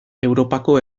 europako